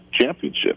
championship